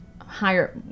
higher